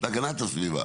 הגנת הסביבה,